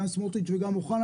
גם סמוטריץ' וגם אוחנה,